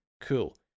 cool